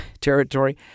territory